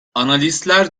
analistler